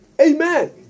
Amen